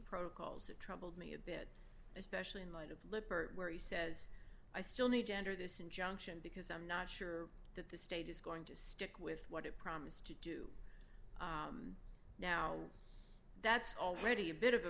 protocols that troubled me a bit especially in light of lippert where he says i still need gender this injunction because i'm not sure that the state is going to stick with what it promised to do now that's already a bit of a